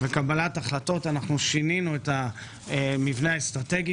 בקבלת החלטות אנחנו שינינו את המבנה האסטרטגי